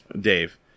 Dave